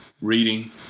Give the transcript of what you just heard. Reading